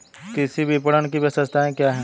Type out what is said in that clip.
कृषि विपणन की विशेषताएं क्या हैं?